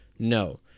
No